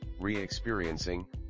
Re-Experiencing